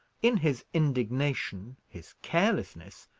in his indignation, his carelessness,